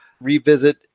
revisit